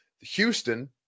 Houston